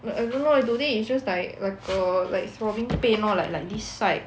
I don't know why today is just like like a like throbbing pain lor like like this side